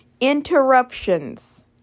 interruptions